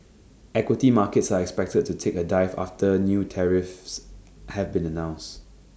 equity markets are expected to take A dive after new tariffs have been announced